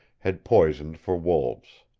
had poisoned for wolves.